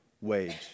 wage